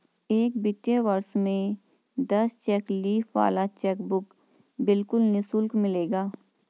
एक वित्तीय वर्ष में दस चेक लीफ वाला चेकबुक बिल्कुल निशुल्क मिलेगा